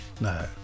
No